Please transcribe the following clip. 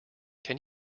can